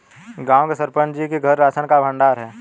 गांव के सरपंच जी के घर राशन का भंडार है